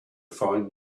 find